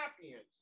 champions